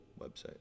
website